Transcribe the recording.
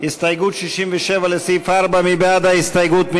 הסתייגות 67 לסעיף 4, מי בעד ההסתייגות?